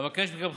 אבקש מכם,